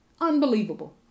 Unbelievable